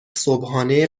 صبحانه